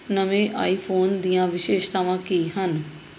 ਨਵੇਂ ਆਈਫੋਨ ਦੀਆਂ ਵਿਸ਼ੇਸ਼ਤਾਵਾਂ ਕੀ ਹਨ